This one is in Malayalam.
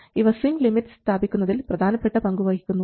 ഇവ സ്വിംഗ് ലിമിറ്റ്സ് സ്ഥാപിക്കുന്നതിൽ പ്രധാനപ്പെട്ട പങ്കുവഹിക്കുന്നു